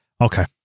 okay